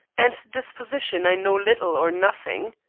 and disposition i know little or nothing.